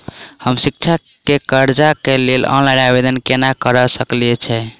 हम शिक्षा केँ कर्जा केँ लेल ऑनलाइन आवेदन केना करऽ सकल छीयै?